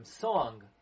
song